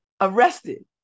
Arrested